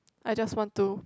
I just want to